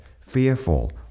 fearful